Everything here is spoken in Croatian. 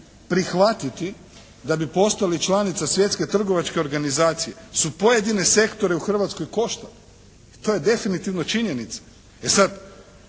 prihvatiti da bi postali članica Svjetske trgovačke organizacije su pojedine sektore u Hrvatskoj koštali i to je definitivno činjenica. E sada,